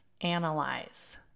analyze